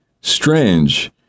strange